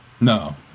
No